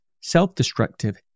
self-destructive